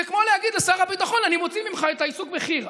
זה כמו להגיד לשר הביטחון: אני מוציא ממך את העיסוק בחי"ר,